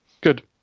good